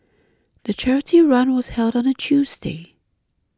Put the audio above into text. the charity run was held on a Tuesday